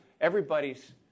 everybody's